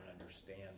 understand